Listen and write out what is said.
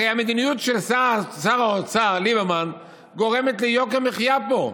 הרי המדיניות של שר האוצר ליברמן גורמת ליוקר מחיה פה.